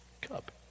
cup